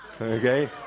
Okay